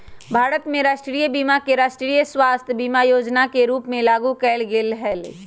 भारत में राष्ट्रीय बीमा के राष्ट्रीय स्वास्थय बीमा जोजना के रूप में लागू कयल गेल हइ